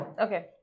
okay